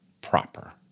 proper